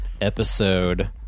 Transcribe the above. episode